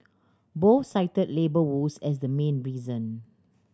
both cited labour woes as the main reason